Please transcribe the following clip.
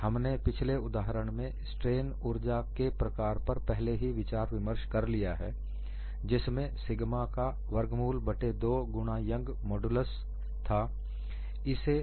हमने पिछले उदाहरण में स्ट्रेन ऊर्जा के प्रकार पर पहले ही विचार विमर्श कर लिया है जिसमें सिग्मा का वर्गमूल बट्टे दो गुना Young's modulus sigma squared by 2 into Youngs modulus था